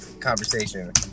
conversation